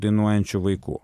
dainuojančių vaikų